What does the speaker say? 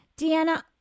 Deanna